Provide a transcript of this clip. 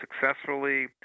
successfully